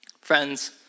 Friends